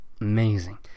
amazing